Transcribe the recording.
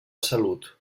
salut